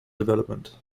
development